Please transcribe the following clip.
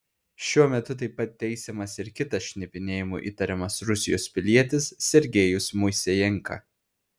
šiuo metu taip pat teisiamas ir kitas šnipinėjimu įtariamas rusijos pilietis sergejus moisejenka